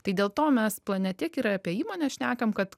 tai dėl to mes plane tiek ir apie įmonę šnekam kad